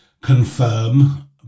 confirm